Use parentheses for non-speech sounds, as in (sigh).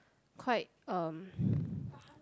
quite um (breath)